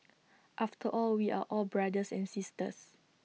after all we are all brothers and sisters